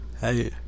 Hey